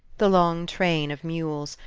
the long train of mules,